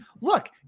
look